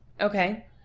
Okay